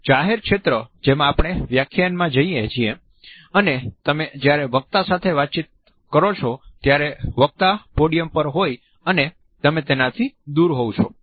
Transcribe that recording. જાહેર ક્ષેત્ર જેમાં આપણે વ્યાખ્યાનમાં જઈએ છીએ અને તમે જ્યારે વક્તા સાથે વાતચીત કરો છો ત્યારે વક્તા પોડિયમ પર હોય અને તમે તેનાથી દૂર હો છો